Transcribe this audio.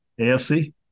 AFC